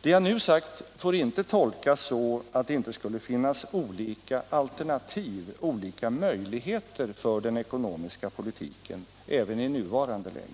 Det jag nu sagt får inte tolkas så, att det inte skulle finnas olika alternativ, olika möjligheter, för den ekonomiska politiken även i nuvarande läge.